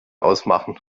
ausmachen